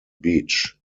beach